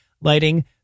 lighting